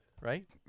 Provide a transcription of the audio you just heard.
right